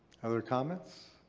other comments?